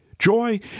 Joy